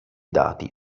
dati